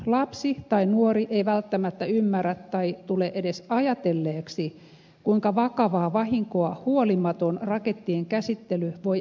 lapsi tai nuori ei välttämättä ymmärrä tai tule edes ajatelleeksi kuinka vakavaa vahinkoa huolimaton rakettien käsittely voi aiheuttaa